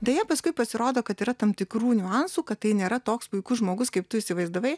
deja paskui pasirodo kad yra tam tikrų niuansų kad tai nėra toks puikus žmogus kaip tu įsivaizdavai